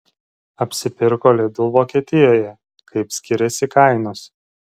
apsipirko lidl vokietijoje kaip skiriasi kainos